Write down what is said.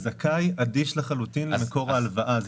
הזכאי אדיש לחלוטין למקור הלוואה.